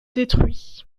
détruits